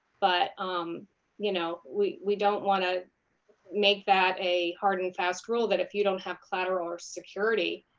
but um you know we we don't want to make that a hard and fast rule that if you don't have collateral or security,